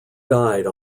guide